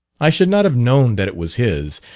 i should not have known that it was his,